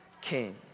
king